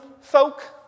folk